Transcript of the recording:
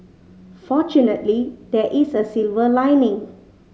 fortunately there is a silver lining